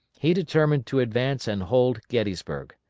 he determined to advance and hold gettysburg.